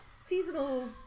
seasonal